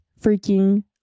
freaking